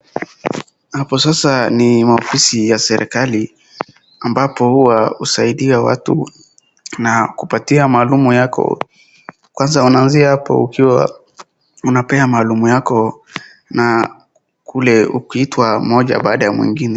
Hapo sasa ni maofisi ya serikali ambapo huwa husaidia watu na kupatia malum yako. Kwanza wanaanzia hapo ukiwa unapea malum yako na kule ukiitwa mmoja baada ya mwingine.